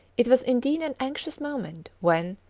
it was indeed an anxious moment when,